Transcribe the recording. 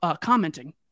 commenting